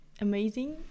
amazing